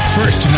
First